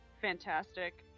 Fantastic